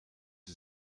sie